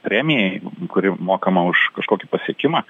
premija kuri mokama už kažkokį pasiekimą